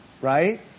right